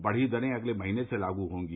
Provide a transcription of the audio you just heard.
बढ़ी दरें अगले महीने से लागू होंगी